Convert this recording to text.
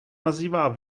nazývá